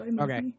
Okay